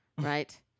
right